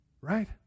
Right